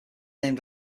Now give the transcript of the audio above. named